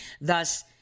thus